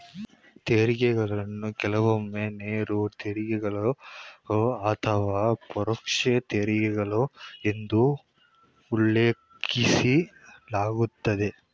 ತೆರಿಗೆಗಳನ್ನ ಕೆಲವೊಮ್ಮೆ ನೇರ ತೆರಿಗೆಗಳು ಅಥವಾ ಪರೋಕ್ಷ ತೆರಿಗೆಗಳು ಎಂದು ಉಲ್ಲೇಖಿಸಲಾಗುತ್ತದೆ